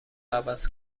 عوض